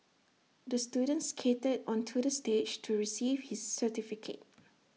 the student skated onto the stage to receive his certificate